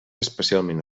especialment